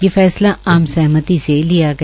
ये फैसला आम सहमति से लिया गया